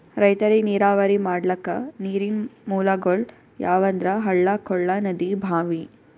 ರೈತರಿಗ್ ನೀರಾವರಿ ಮಾಡ್ಲಕ್ಕ ನೀರಿನ್ ಮೂಲಗೊಳ್ ಯಾವಂದ್ರ ಹಳ್ಳ ಕೊಳ್ಳ ನದಿ ಭಾಂವಿ